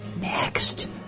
next